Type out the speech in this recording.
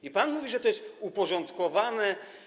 I pan mówi, że to jest uporządkowane?